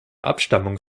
abstammung